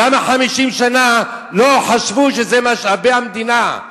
למה 50 שנה לא חשבו שזה משאבי המדינה,